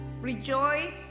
Rejoice